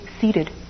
seated